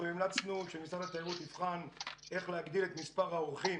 אנחנו המלצנו שמשרד התיירות יבחן איך להגדיל את מספר האורחים